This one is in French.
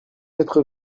quatre